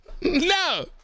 No